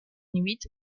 huit